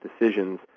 decisions